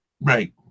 Right